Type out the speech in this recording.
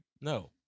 No